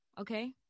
okay